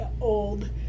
old